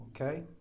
okay